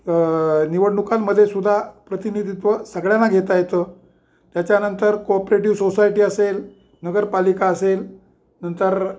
निवडणुकांमध्ये सुद्धा प्रतिनिधित्व सगळ्यांना घेता येतं त्याच्यानंतर कोपरेटिव्ह सोसायटी असेल नगरपालिका असेल नंतर